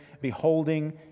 beholding